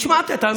השמעת את העמדה.